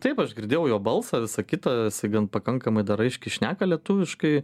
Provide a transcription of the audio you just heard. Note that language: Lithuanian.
taip aš girdėjau jo balsą visa kita jisai gan pakankamai dar aiškiai šneka lietuviškai